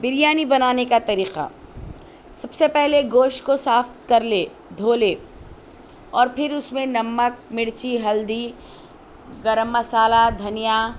بریانی بنانے کا طریقہ سب سے پہلے گوشت کو صاف کر لے دھو لے اور پھر اس میں نمک مرچی ہلدی گرم مصالحہ دھنیا